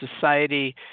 society